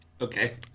Okay